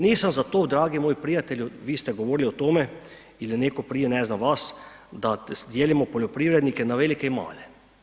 Nisam za to dragi moj prijatelju, vi ste govorili o tome ili neko prije ne znam vas, da dijelimo poljoprivrednike na velike i male.